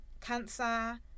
cancer